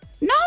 No